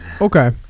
okay